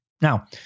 Now